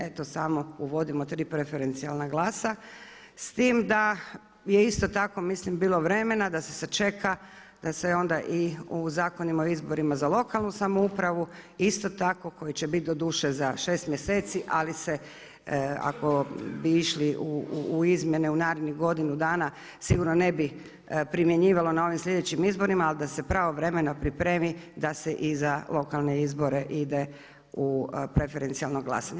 Eto samo uvodimo tri preferencijalna glasa s tim da je isto tako mislim bilo vremena da se sačeka, da se onda i u Zakonima o izborima za lokalnu samoupravu isto tako koji će biti doduše za 6 mjeseci ali se ako bi išli u izmjene u narednih godinu dana sigurno ne bi primjenjivalo na ovim sljedećim izborima, ali da se pravovremeno pripremi da se i za lokalne izbore ide u preferencijalno glasanje.